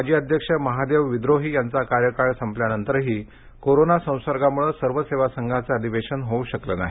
माजी अध्यक्ष महादेव विद्रोही यांचा कार्यकाळ संपल्यानंतरही कोरोना संसर्गामुळे सर्व सेवा संघाचं अधिवेशन होऊ शकले नाही